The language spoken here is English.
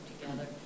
together